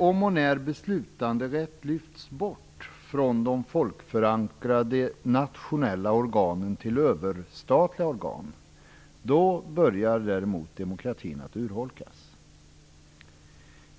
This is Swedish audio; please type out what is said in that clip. Om/när beslutanderätt lyfts bort från de folkförankrade nationella organen till överstatliga organ börjar däremot demokratin att urholkas.